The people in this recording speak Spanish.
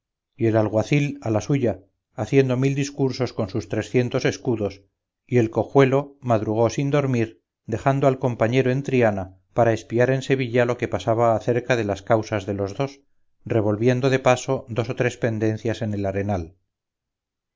y el alguacil a la suya haciendo mil discursos con sus trecientos escudos y el cojuelo madrugó sin dormir dejando al compañero en triana para espiar en sevilla lo que pasaba acerca de las causas de los dos revolviendo de paso dos o tres pendencias en el arenal